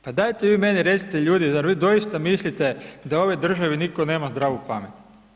Pa dajte vi meni recite ljudi, zar vi doista mislite da u ovoj državi nitko nema zdravu pamet?